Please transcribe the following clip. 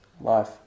life